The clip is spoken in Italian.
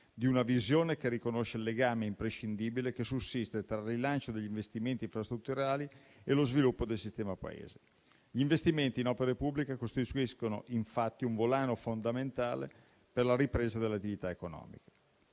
una visione che riconosce il legame imprescindibile che sussiste tra il rilancio degli investimenti infrastrutturali e lo sviluppo del sistema Paese. Gli investimenti in opere pubbliche costituiscono infatti un volano fondamentale per la ripresa dell'attività economica,